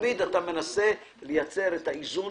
תמיד אתה מנסה לייצר איזון